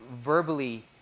verbally